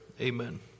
Amen